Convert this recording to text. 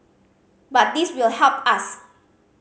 but this will help us